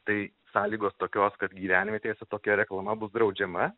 tai sąlygos tokios kad gyvenvietėse tokia reklama bus draudžiama